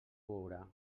veurà